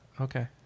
Okay